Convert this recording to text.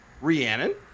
Rhiannon